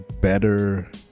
better